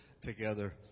together